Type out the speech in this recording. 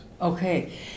Okay